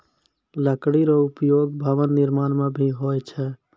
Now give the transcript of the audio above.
लकड़ी रो उपयोग भवन निर्माण म भी होय छै